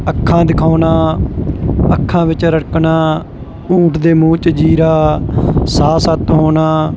ਅੱਖਾਂ ਦਿਖਾਉਣਾ ਅੱਖਾਂ ਵਿੱਚ ਰੜਕਣਾ ਊਂਠ ਦੇ ਮੂੰਹ 'ਚ ਜੀਰਾ ਸਾਹ ਸੱਤ ਹੋਣਾ